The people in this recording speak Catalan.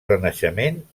renaixement